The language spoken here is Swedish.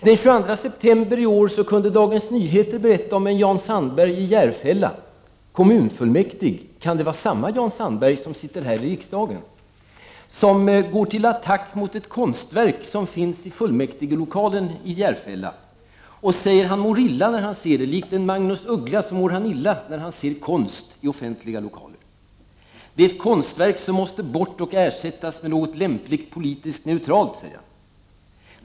Den 22 september i år kunde Dagens Nyheter berätta om en Jan Sandberg i Järfälla, ledamot av kommunfullmäktige. Kan det röra sig om samma Jan Sandberg som sitter här i riksdagen, och som går till attack mot ett konstverk som finns i fullmäktigelokalen i Järfälla? Jan Sandberg säger att han — liksom Magnus Uggla — mår illa. Jan Sandberg mår illa när han ser konst i offentliga lokaler. Han säger att konstverket måste bort och ersättas med något lämpligt politiskt neutralt.